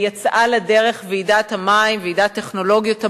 יצאה לדרך ועידת המים, ועידת טכנולוגיות המים,